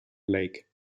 lake